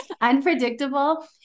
unpredictable